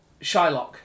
Shylock